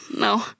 No